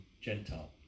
Gentile